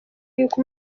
yuko